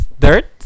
dirt